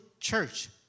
church